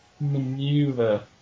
Maneuver